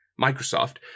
Microsoft